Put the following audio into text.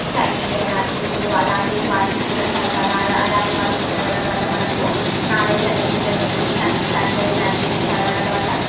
sign India మ్యాగ్జీన్లు అలా అలాంటి వాటిని కూడా చదవడం అలాంటి వాటిని చదవడం వల్ల మనకు నాలెడ్జ్ అనేది పెరుగుతుంది సం సండే మ్యాగ్జీన్లు చదవడం వల్ల